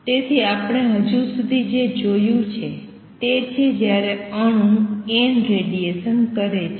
તેથી આપણે હજી સુધી જે જોયું છે તે છે જ્યારે અણુ n રેડીએશન કરે છે